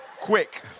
quick